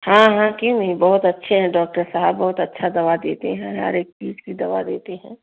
हाँ हाँ क्यों नहीं बहुत अच्छे हैं डॉक्टर साहब बहुत अच्छा दवा देते हैं हर एक चीज़ की दवा देते हैं